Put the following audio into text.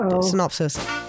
Synopsis